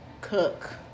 cook